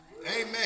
Amen